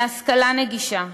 להשכלה נגישה,